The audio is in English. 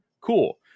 cool